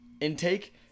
intake –